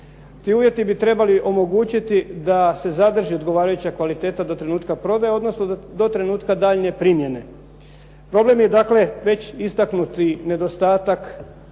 Ti uvjeti bi trebali omogućiti da se zadrži odgovarajuća kvaliteta do trenutka prodaje, odnosno do trenutka daljnje primjene. Problem je dakle već istaknuti nedostatak